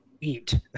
eat